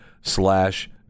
slash